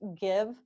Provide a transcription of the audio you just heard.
give